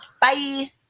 Bye